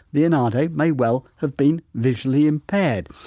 leonardo, may well have been visually impaired.